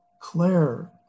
Claire